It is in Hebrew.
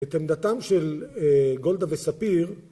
את עמדתם של גולדה וספיר